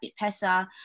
Bitpesa